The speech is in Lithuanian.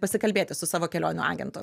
pasikalbėti su savo kelionių agentu